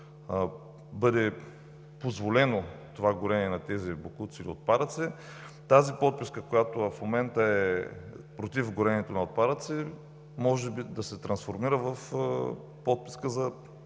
бъде позволено това горене на тези боклуци и отпадъци, тази подписка, която в момента е против горенето на отпадъци, може да се трансформира в подписка за